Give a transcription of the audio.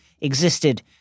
existed